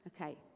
Okay